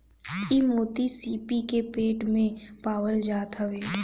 इ मोती सीपी के पेट में पावल जात हवे